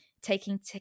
taking